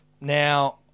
Now